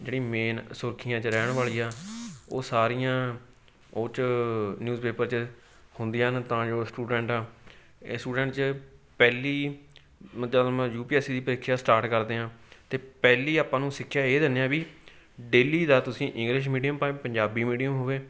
ਜਿਹੜੀ ਮੇਨ ਸੁਰਖੀਆਂ 'ਚ ਰਹਿਣ ਵਾਲੀ ਆ ਉਹ ਸਾਰੀਆਂ ਉਹ 'ਚ ਨਿਊਜ਼ਪੇਪਰ 'ਚ ਹੁੰਦੀਆਂ ਹਨ ਤਾਂ ਜੋ ਸਟੂਡੈਂਟ ਆ ਇਹ ਸਟੂਡੈਂਟ 'ਚ ਪਹਿਲੀ ਮਤਲਬ ਮੈਂ ਯੂ ਪੀ ਐੱਸ ਸੀ ਦੀ ਪ੍ਰੀਖਿਆ ਸਟਾਰਟ ਕਰਦੇ ਹਾਂ ਅਤੇ ਪਹਿਲੀ ਆਪਾਂ ਨੂੰ ਸਿੱਖਿਆ ਇਹ ਦਿੰਦੇ ਆ ਵੀ ਡੇਲੀ ਦਾ ਤੁਸੀਂ ਇੰਗਲਿਸ਼ ਮੀਡੀਅਮ ਭਾਵੇਂ ਪੰਜਾਬੀ ਮੀਡੀਅਮ ਹੋਵੇ